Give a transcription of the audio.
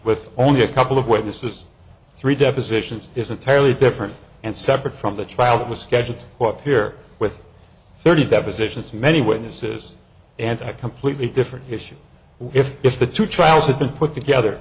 with only a couple of witnesses three depositions is entirely different and separate from the trial that was scheduled what here with thirty depositions many witnesses and a completely different issue if if the two trials had been put together